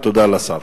ותודה לשר.